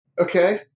Okay